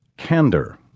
candor